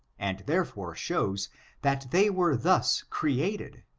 and therefore shows that they were thus created,